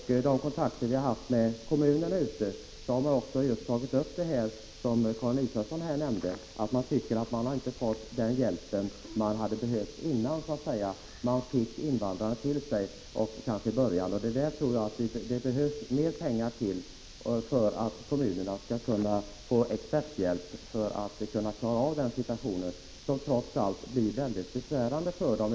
Vid de kontakter som vi har haft med kommunerna har man just tagit upp det som Karin Israelsson nämnde, nämligen att kommunerna inte fått den hjälp som de hade behövt, innan de så att säga fick invandrarna till sig, och inte heller i början av verksamheten. Det behövs mera pengar till kommunerna för att dessa skall kunna anlita experter som kan hjälpa dem att klara denna situation, som ibland är mycket besvärande för dem.